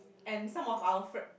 and some of our friend